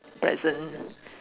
poison